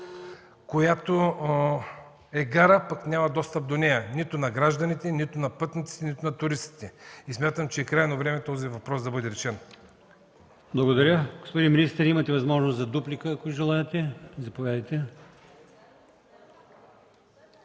която е гара, пък няма достъп до нея – нито на гражданите, нито на пътниците, нито на туристите. Смятам, че е крайно време този въпрос да бъде решен. ПРЕДСЕДАТЕЛ АЛИОСМАН ИМАМОВ: Благодаря. Господин министър, имате възможност за дуплика, ако желаете. Заповядайте.